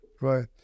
right